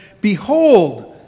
Behold